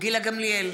גילה גמליאל,